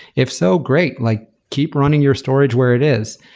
if so, great, like keep running your storage where it is.